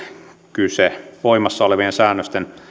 kyse voimassa olevien säännösten